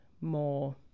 more